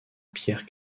pierre